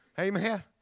Amen